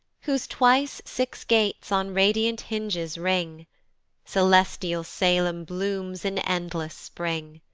whose twice six gates on radiant hinges ring celestial salem blooms in endless spring.